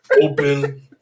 open